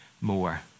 more